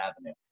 avenue